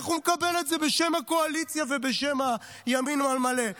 איך הוא מקבל את זה בשם הקואליציה ובשם הימין על מלא?